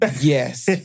yes